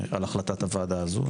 החלטת הוועדה הזו.